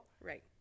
Right